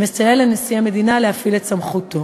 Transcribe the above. שמסייע לנשיא המדינה להפעיל את סמכותו.